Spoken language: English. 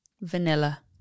Vanilla